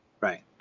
Right